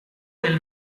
del